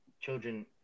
children